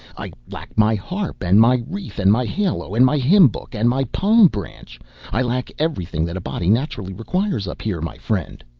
i lack my harp, and my wreath, and my halo, and my hymn-book, and my palm branch i lack everything that a body naturally requires up here, my friend.